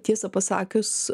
tiesą pasakius